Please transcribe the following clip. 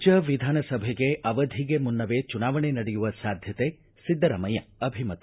ರಾಜ್ವ ವಿಧಾನಸಭೆಗೆ ಅವಧಿಗೆ ಮುನ್ನವೇ ಚುನಾವಣೆ ನಡೆಯುವ ಸಾಧ್ಯತೆ ಸಿದ್ದರಾಮಯ್ವ ಅಭಿಮತ